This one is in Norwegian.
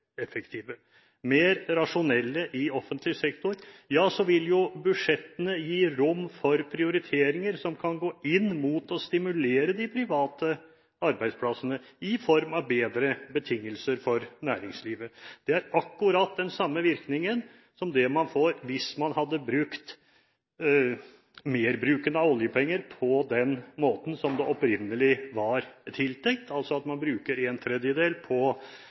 mer effektiv, mer rasjonell, i offentlig sektor, vil jo budsjettene gi rom for prioriteringer som kan gå inn mot å stimulere de private arbeidsplassene, i form av bedre betingelser for næringslivet. Det er akkurat den samme virkningen som man ville få hvis merbruken av oljepenger hadde vært på den måten som man opprinnelig hadde tenkt, at man altså bruker en tredjedel på